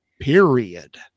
period